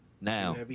Now